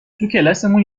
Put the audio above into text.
توکلاسمون